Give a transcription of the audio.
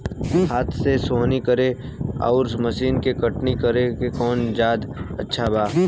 हाथ से सोहनी करे आउर मशीन से कटनी करे मे कौन जादे अच्छा बा?